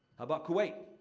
about kuwait?